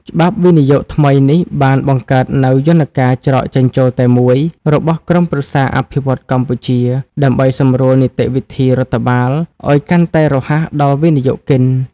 ច្បាប់វិនិយោគថ្មីនេះបានបង្កើតនូវ "យន្តការច្រកចេញចូលតែមួយ" របស់ក្រុមប្រឹក្សាអភិវឌ្ឍន៍កម្ពុជា ដើម្បីសម្រួលនីតិវិធីរដ្ឋបាលឱ្យកាន់តែរហ័សដល់វិនិយោគិន។